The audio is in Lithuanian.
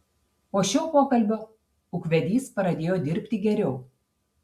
po šio pokalbio ūkvedys pradėjo dirbti geriau